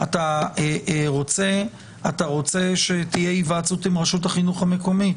אתה רוצה שתהיה היוועצות עם רשות החינוך המקומית,